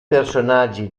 personaggi